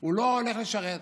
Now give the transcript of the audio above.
הוא לא הולך לשרת.